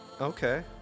Okay